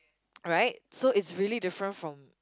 right so it's really different from